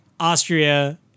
Austria